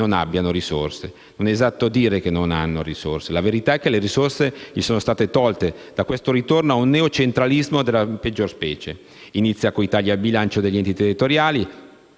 non abbiano risorse. Non è esatto dire che non le hanno. La verità è che le risorse gli sono state tolte da questo ritorno a un neocentralismo della peggior specie. Esso inizia con i tagli ai bilanci degli enti territoriali,